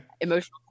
emotional